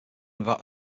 without